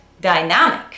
dynamic